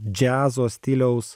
džiazo stiliaus